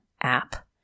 app